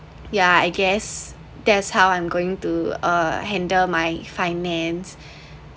yeah I guess that's how I'm going to uh handle my finance